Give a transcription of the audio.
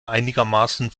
einigermaßen